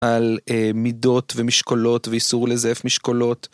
על מידות ומשקולות ואיסור לזייף משקולות